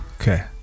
Okay